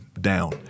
down